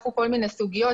צפו כל מיני סוגיות,